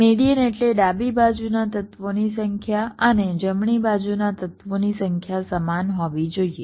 median એટલે ડાબી બાજુના તત્વોની સંખ્યા અને જમણી બાજુના તત્વોની સંખ્યા સમાન હોવી જોઈએ